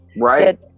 Right